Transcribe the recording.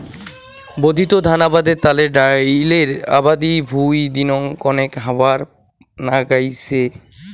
বর্ধিত ধান আবাদের তানে ডাইলের আবাদি ভুঁই দিনং কণেক হবার নাইগচে